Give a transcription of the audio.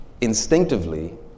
instinctively